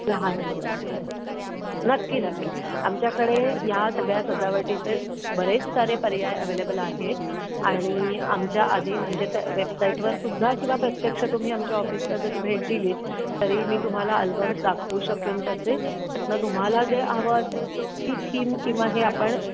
लहान मुलांचं नक्की नक्की आमच्याकडे या सगळ्या सजावटीचे बरेच सारे पर्याय अव्हेलेबल आहेत आणि आमच्या आधी म्हणजे असे वेबसाईटवर सुद्धा किंवा प्रत्यक्ष तुम्ही आमच्या ऑफिसला जरी भेट दिलीत तरी मी तुम्हाला आल्बम्स दाखवू शकेन त्याचे त्यातून तुम्हाला जे हवं असेल ती थीम किंवा हे आपण